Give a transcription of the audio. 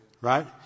Right